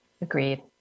Agreed